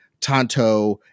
Tonto